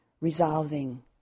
resolving